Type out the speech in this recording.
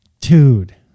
dude